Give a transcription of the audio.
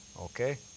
Okay